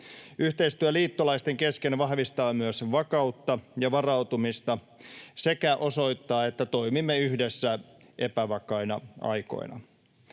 Yhteistyö liittolaisten kesken vahvistaa myös vakautta ja varautumista sekä osoittaa, että toimimme yhdessä epävakaina aikoina.